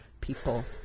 people